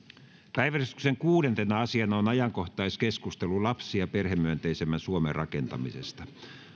päiväjärjestyksen kuudentena asiana on ajankohtaiskeskustelu lapsi ja perhemyönteisemmän suomen rakentamisesta